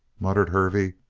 muttered hervey,